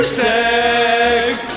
sex